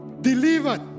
delivered